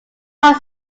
hot